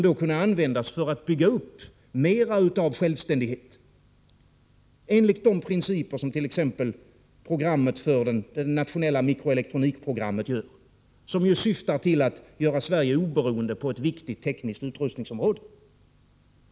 Då kunde det byggas upp mera av självständighet enligt t.ex. principerna för det nationella mikroelektronikprogrammet, som ju syftar till att göra Sverige oberoende på ett viktigt tekniskt utrustningsområde.